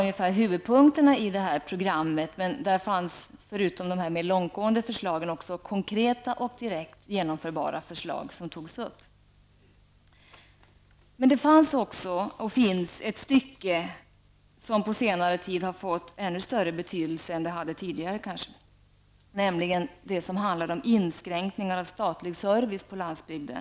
Det är huvudpunkterna i programmet, men förutom de mer långtgående förslagen finns det också konkreta och direkt genomförbara förslag. Det fanns och finns också ett stycke som på senare tid har fått ännu större betydelse än tidigare, nämligen det som handlar om inskränkningar av statlig service på landsbygden.